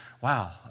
wow